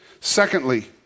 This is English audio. Secondly